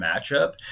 matchup